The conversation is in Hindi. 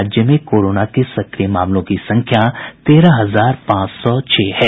राज्य में कोरोना के सक्रिय मामलों की संख्या तेरह हजार पांच सौ छह है